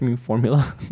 formula